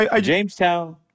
Jamestown